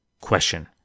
Question